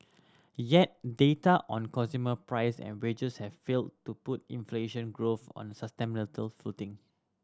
yet data on consumer price and wages have failed to put inflation growth on footing